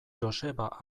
joseba